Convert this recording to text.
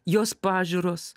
jos pažiūros